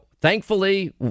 thankfully